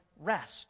rest